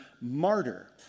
martyr